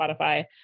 spotify